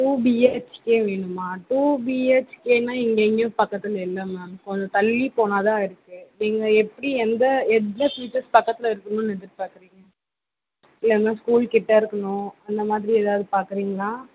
two B H K வேணுமா two B ஹெச்கேன்னா இங்கே எங்கேயும் பக்கத்தில் இல்லை மேம் கொஞ்சம் தள்ளி போனால் தான் இருக்கு நீங்கள் எப்படி எந்த எவ்வளோ ஃபீச்சர்ஸ் பக்கத்தில் இருக்கணும்னு எதிர்பார்க்குறீங்க இல்லைன்னா ஸ்கூல்கிட்ட இருக்கணும் அந்தமாதிரி எதாவது பார்க்குறீங்களா